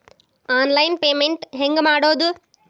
Online payment ಹೆಂಗ್ ಮಾಡೋದು?